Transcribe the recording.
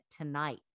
Tonight